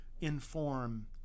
inform